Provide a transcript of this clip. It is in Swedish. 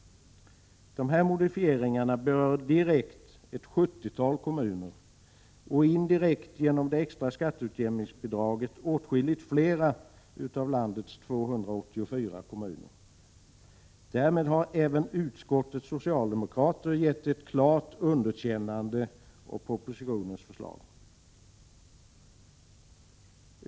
Dessa modifieringar berör direkt ett sjuttiotal kommuner och indirekt genom det extra skatteutjämningsbidraget åtskilligt fler av landets 284 kommuner. Därmed har även utskottets socialdemokrater gett ett klart underkännande åt propositionens förslag.